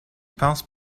pense